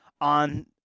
on